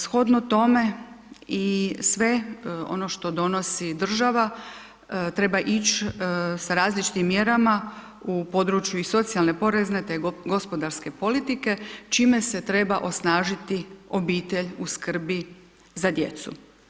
Shodno tome i sve ono što donosi država treba ići sa različitim mjerama u području i socijalne, porezne te gospodarske politike čime se treba osnažiti obitelj u skrbi za djecu.